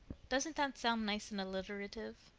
doesn't that sound nice and alliterative?